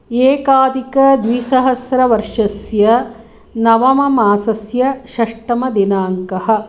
एकाधिकद्विसहस्रवर्षस्य नवममासस्य षष्टमदिनाङ्कः